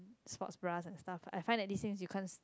sports bra and stuff I find that this thing you can't